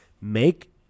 make